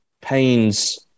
pains